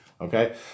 Okay